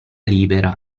libera